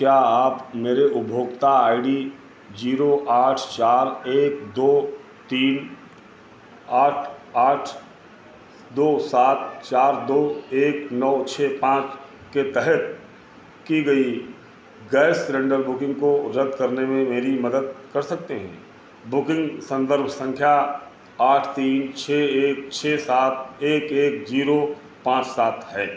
क्या आप मेरे उपभोक्ता आई डी जीरो आठ चार एक दो तीन आठ आठ दो सात चार दो एक नौ छः पाँच के तहत की गई गैस सिलेंडर बुकिंग को रद्द करने में मेरी मदद कर सकते हो बुकिंग संदर्भ संख्या आठ तीन छः एक छः सात एक एक जीरो पाँच सात है